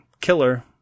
killer